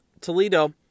Toledo